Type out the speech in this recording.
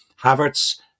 Havertz